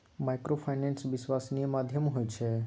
Microfinance विश्वासनीय माध्यम होय छै?